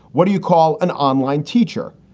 what do you call an online teacher?